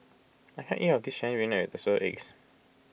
I can't eat all of this Chinese Spinach with Assorted Eggs